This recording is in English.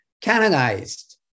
canonized